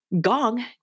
Gong